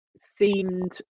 seemed